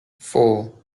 four